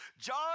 john